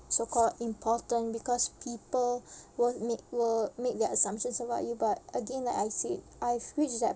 so-called important because people won't make will make their assumptions about you but again like I said I've reached that